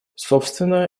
собственно